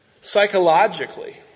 psychologically